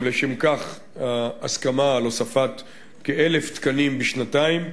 ולשם כך יש הסכמה על הוספת כ-1,000 תקנים בשנתיים,